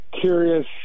curious